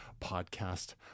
podcast